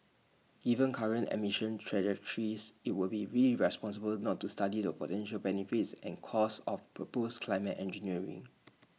given current emissions trajectories IT would be irresponsible not to study the potential benefits and costs of proposed climate engineering